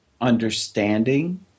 Understanding